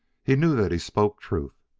he knew that he spoke truth.